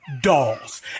dolls